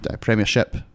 premiership